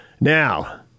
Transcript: Now